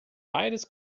beides